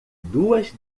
duas